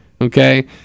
okay